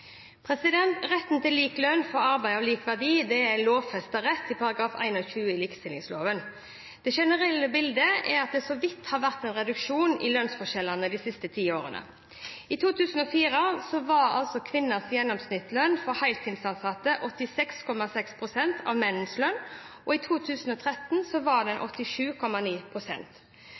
lønnsgapet?» Retten til lik lønn for arbeid av lik verdi er en lovfestet rett i henhold til § 21 i likestillingsloven. Det generelle bildet er at det så vidt har vært en reduksjon i lønnsforskjellene de siste ti årene. I 2004 var kvinners gjennomsnittslønn for heltidsansatte 86,6 pst. av menns lønn, og i 2013 var